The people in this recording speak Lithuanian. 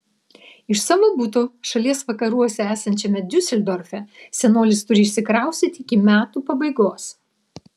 iš savo buto šalies vakaruose esančiame diuseldorfe senolis turi išsikraustyti iki metų pabaigos